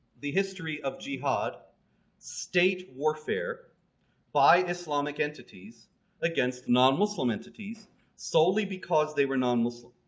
the history of jihad state warfare by islamic entities against the non-muslim entities solely because they were non-muslim.